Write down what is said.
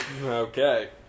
Okay